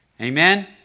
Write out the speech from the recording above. Amen